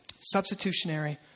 substitutionary